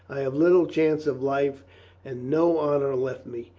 i have little chance of life and no honor left me.